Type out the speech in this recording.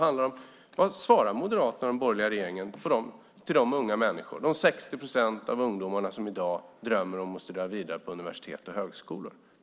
Vad säger Moderaterna och den borgerliga regeringen till de unga människor, 60 procent av ungdomarna, som i dag drömmer om att studera vidare på universitet och högskolor?